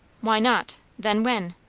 why not? then when?